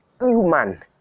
human